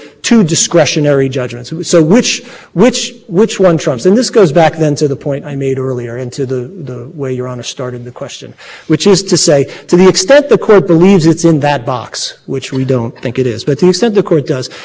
and we have as your honor points out no doubt that the nine eleven attacks happened whatever the concerns about a broad version of conspiracy or the conspiracy that approaches new agreements or tentative understandings or anything like that that is not what we have here and so the